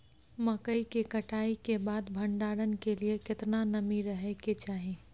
मकई के कटाई के बाद भंडारन के लिए केतना नमी रहै के चाही?